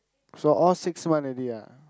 so all six month already ah